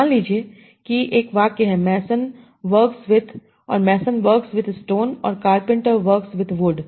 मान लीजिए कि एक वाक्य है मेसन वर्क्स विथ और मेसन वर्क्स विथ स्टोन और कार्पेंटर वर्क्स विथ वुड